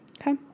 okay